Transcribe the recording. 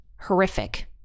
horrific